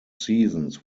seasons